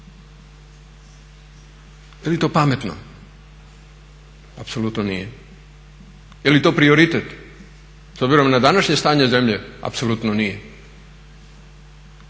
Je li to pametno? Apsolutno nije. Je li to prioritet? S obzirom na današnje stanje zemlje apsolutno nije.